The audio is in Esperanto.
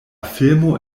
filmo